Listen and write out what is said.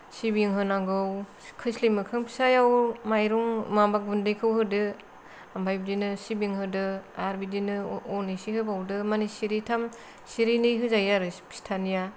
सिबिं होनांगौ खोस्लि मोखां फिसायाव माइरं माबा गुन्दैखौ होदो ओमफाय बिदिनो सिबिं होदो आरो बिदिनो अन इसे होबावदो माने सिरिथाम सिरिनै होजायो आरो फिथानिया